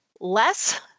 less